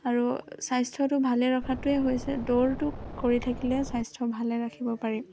আৰু স্বাস্থ্যটো ভালে ৰখাটোৱে হৈছে দৌৰটো কৰি থাকিলে স্বাস্থ্য ভালে ৰাখিব পাৰি